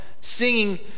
singing